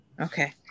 Okay